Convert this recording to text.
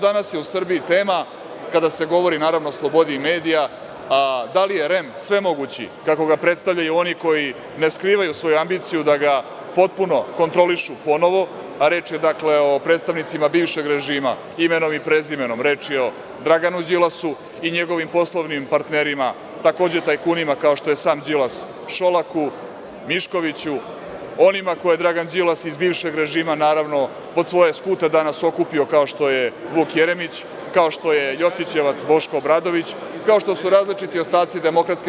Danas je u Srbiji tema, kada se govori, naravno, o slobodi medija, da li je REM svemoguć, kako ga predstavljaju oni koji ne skrivaju svoju ambiciju da ga potpuno kontrolišu ponovo, a reč je, dakle, o predstavnicima bivšeg režima, imenom i prezimenom, reč je o Draganu Đilasu i njegovim poslovnim partnerima, takođe tajkunima kao što je sam Đilas, Šolaku, Miškoviću, onima koje je Dragan Đilas, iz bivšeg režima naravno, pod svoje skute danas okupio, kao što je Vuk Jeremić, kao što je Ljotićevac Boško Obradović, kao što su različiti ostaci DS.